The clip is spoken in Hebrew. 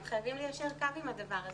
הם חייבים ליישר קו עם הדבר הזה.